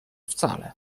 wcale